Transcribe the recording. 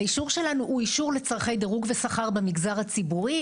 האישור שלנו הוא לצרכי דירוג ושכר במגזר הציבורי,